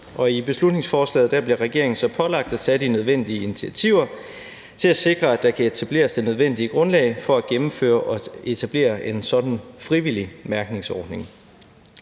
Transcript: beslutningsforslaget bliver regeringen pålagt at tage de nødvendige initiativer til at sikre, at der kan etableres det nødvendige grundlag for at gennemføre og etablere en sådan frivillig mærkningsordning.